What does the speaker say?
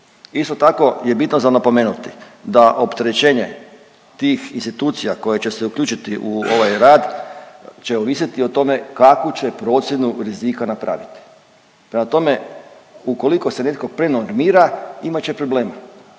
Isto tako je bitno za napomenuti da opterećenje tih institucija koje će se uključiti u ovaj rad će ovisiti o tome kakvu će procjenu rizika napraviti. Prema tome ukoliko se netko prenormira imat će probleme.